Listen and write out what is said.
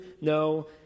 No